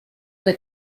que